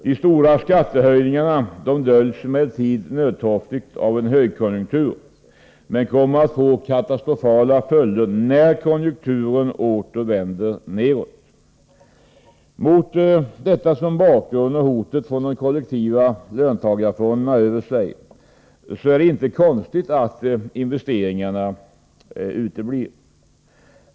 De stora skattehöjningarna döljs visserligen nödtorftigt av en högkonjunktur men kommer att få katastrofala följder när konjunkturen åter vänder nedåt. Mot bakgrund av detta och hotet från de kollektiva löntagarfonderna är det inte konstigt att investeringarna uteblir.